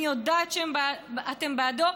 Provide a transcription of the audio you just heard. אני יודעת שאתם בעדו,